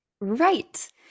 right